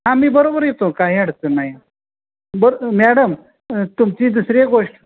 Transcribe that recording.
आम्ही बरोबर येतो काही अडचण नाही बरं मॅडम तुमची दुसरी एक गोष्ट